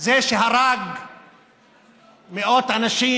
זה שהרג מאות אנשים,